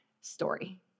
story